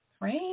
Right